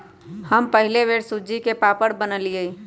हम पहिल बेर सूज्ज़ी के पापड़ बनलियइ